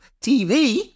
TV